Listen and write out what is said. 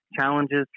challenges